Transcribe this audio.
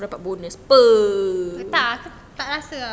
ke tak aku tak rasa ah